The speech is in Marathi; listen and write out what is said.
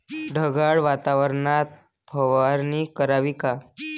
ढगाळ वातावरनात फवारनी कराव का?